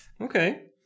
Okay